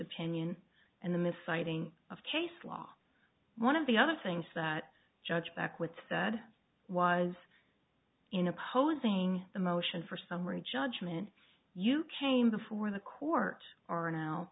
opinion and the mis citing of case law one of the other things that judge back with said was in opposing the motion for summary judgment you came before the court are now